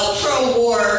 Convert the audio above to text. pro-war